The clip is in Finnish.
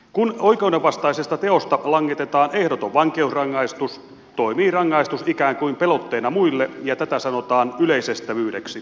kun oikeudenvastaisesta teosta langetetaan ehdoton vankeusrangaistus toimii rangaistus ikään kuin pelotteena muille ja tätä sanotaan yleisestävyydeksi